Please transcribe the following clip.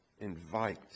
Invite